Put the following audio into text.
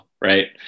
Right